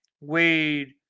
Wade